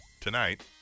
tonight